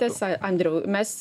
tiesa andriau mes